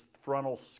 frontal